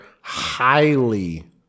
highly